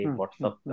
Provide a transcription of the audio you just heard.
WhatsApp